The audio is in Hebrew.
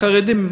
לחרדים,